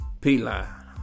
P-Line